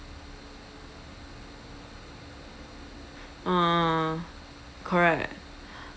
ah correct